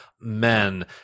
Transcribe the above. men